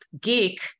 geek